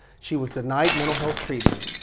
she was denied mental health treatment,